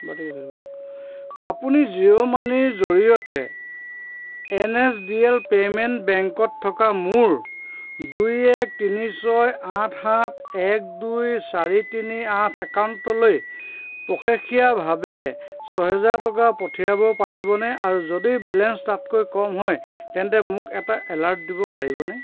আপুনি জিঅ' মানিৰ জৰিয়তে N S D L payment বেংকত থকা মোৰ দুই এক তিনি ছয় আঠ সাত এক দুই চাৰি তিনি আঠ একাউণ্টলৈ পষেকীয়াভাৱে ছহেজাৰ টকা পঠিয়াব পাৰিবনে আৰু যদি বেলেঞ্চ তাতকৈ কম হয় তেন্তে মোক এটা এলাৰ্ট দিব পাৰিবনে